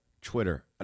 Twitter